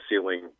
ceiling